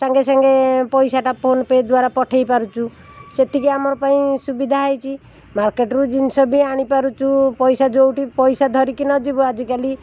ସାଙ୍ଗେସାଙ୍ଗେ ପଇସାଟା ଫୋନପେ ଦ୍ୱାରା ପଠେଇ ପାରୁଛୁ ସେତିକି ଆମର ପାଇଁ ସୁବିଧା ହେଇଛି ମାର୍କେଟ୍ରୁ ଜିନିଷ ବି ଆଣି ପାରୁଛୁ ପଇସା ଯେଉଁଠି ପଇସା ଧରିକିନା ଯିବ ଆଜିକାଲି